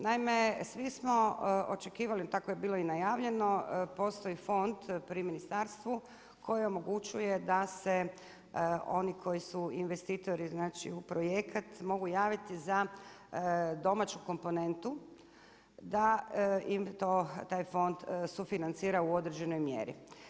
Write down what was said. Naime svi smo očekivali, tako je bilo i najavljeno, postoji fond pri ministarstvu koji omogućuje da se oni koji su investitori znači u projekat mogu javiti za domaću komponentu da im to taj fond sufinancira u određenoj mjeri.